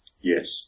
Yes